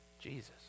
jesus